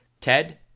Ted